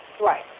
Right